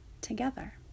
together